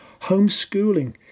Homeschooling